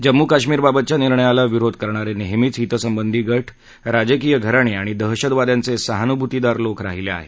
जम्मू कश्मीरबाबतच्या निर्णयाला विरोध करणारे नेहमीचेच हितसंबंधी गट राजकीय घराणी आणि दहशतवाद्यांचे सहानुभूतीदार लोक आहेत